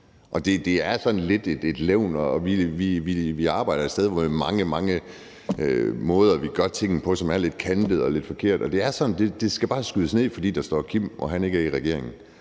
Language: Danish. Det er sådan lidt et levn, og vi arbejder et sted, hvor der er mange, mange af de måder, vi gør tingene på, som er lidt kantede og lidt forkerte, og det er sådan, at det bare skal skydes ned, fordi der står Kim Edberg Andersen